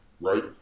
right